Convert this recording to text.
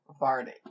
Vardy